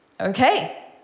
Okay